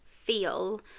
feel